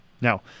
Now